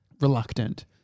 reluctant